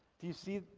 do you see,